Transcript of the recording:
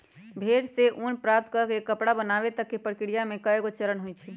भेड़ से ऊन प्राप्त कऽ के कपड़ा बनाबे तक के प्रक्रिया में कएगो चरण होइ छइ